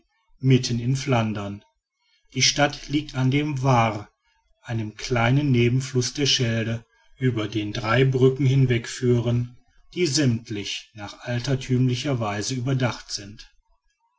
mitten in flandern die stadt liegt an dem vaar einem kleinen nebenfluß der schelde über den drei brücken hinwegführen die sämmtlich nach alterthümlicher weise überdacht sind